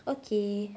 okay